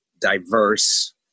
diverse